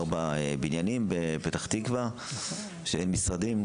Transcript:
ארבעה בניינים בפתח תקווה שהם משרדים,